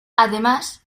además